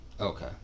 Okay